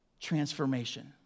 transformation